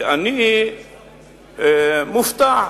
ואני מופתע: